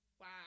Wow